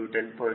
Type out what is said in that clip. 2 lbft2